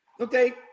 Okay